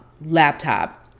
laptop